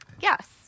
Yes